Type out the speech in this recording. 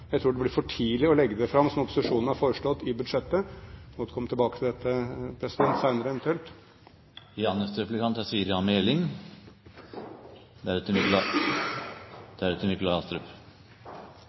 Jeg tror det blir for tidlig å legge det fram i budsjettet, som opposisjonen har foreslått. Jeg kan godt komme tilbake til dette senere eventuelt. Allemannsretten står sterkt i Norge, også blant de ulike politiske partier. Spørsmålet er